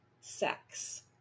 sex